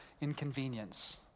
inconvenience